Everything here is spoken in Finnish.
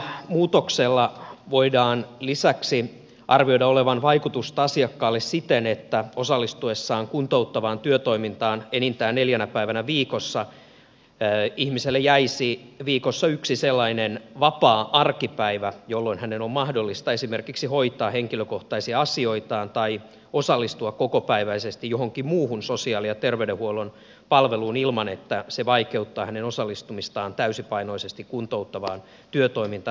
ehdotetulla muutoksella voidaan lisäksi arvioida olevan vaikutusta asiakkaalle siten että osallistuessaan kuntouttavaan työtoimintaan enintään neljänä päivänä viikossa ihmiselle jäisi viikossa yksi sellainen vapaa arkipäivä jolloin hänen on mahdollista esimerkiksi hoitaa henkilökohtaisia asioitaan tai osallistua kokopäiväisesti johonkin muuhun sosiaali ja terveydenhuollon palveluun ilman että se vaikeuttaa hänen osallistumistaan täysipainoisesti kuntouttavaan työtoimintaan